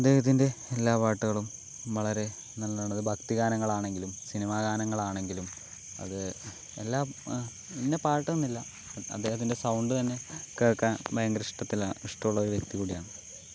അദ്ദേഹത്തിൻ്റെ എല്ലാ പാട്ടുകളും വളരെ നല്ലതാണ് അത് ഭക്തി ഗാനങ്ങളാണങ്കിലും സിനിമാഗാനങ്ങളാണങ്കിലും അത് എല്ലാം ഇന്ന പാട്ടെന്നില്ല അദ്ദേഹത്തിൻ്റെ സൗണ്ട് തന്നെ കേൾക്കാൻ ഭയങ്കര ഇഷ്ട്ടത്തിലാ ഇഷ്ടമുള്ള ഒരു വ്യക്തി കൂടിയാണ്